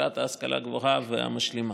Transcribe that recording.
המשרד להשכלה גבוהה ומשלימה.